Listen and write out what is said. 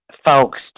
folks